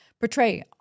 portray